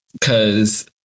Cause